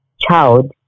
child